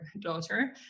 daughter